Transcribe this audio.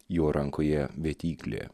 jo rankoje vėtyklė